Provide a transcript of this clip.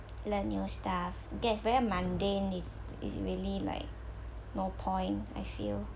learn new stuff it gets very mundane it's it is really like no point I feel